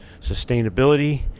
sustainability